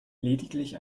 lediglich